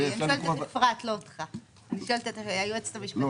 --- אני שואלת את אפרת היועצת המשפטית של משרד השיכון,